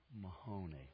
Mahoney